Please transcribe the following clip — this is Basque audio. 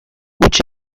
huts